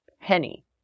penny